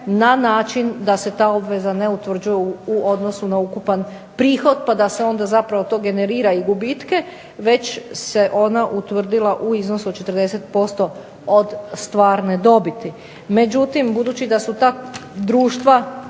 na način da se ta obveza ne utvrđuje u odnosu na ukupan prihod pa da se onda zapravo to generira i gubitke već se ona utvrdila u iznosu od 40% od stvarne dobiti. Međutim, budući da su ta društva